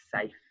safe